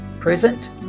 present